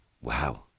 Wow